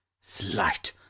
slight